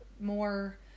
more